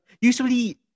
Usually